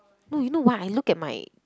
no you know why I look at my